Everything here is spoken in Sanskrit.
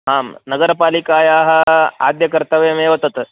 आं नगरपालिकायाः आद्यकर्तव्यमेव तत्